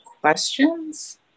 questions